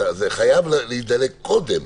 זה חייב להידלק קודם.